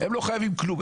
אבל הם לא חייבים כלום.